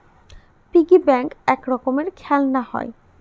piggy bank এক রকমের খেলনা হয়